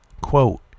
Quote